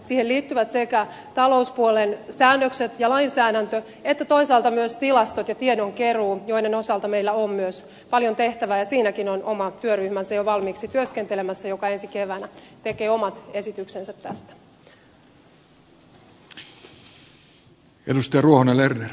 siihen liittyvät sekä talouspuolen säännökset ja lainsäädäntö että toisaalta myös tilastot ja tiedonkeruu joiden osalta meillä on myös paljon tehtävää ja siinäkin on jo valmiiksi työskentelemässä oma työryhmänsä joka ensi keväänä tekee omat esityksensä tästä